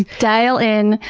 dial in.